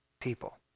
people